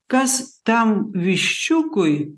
kas tam viščiukui